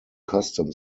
custom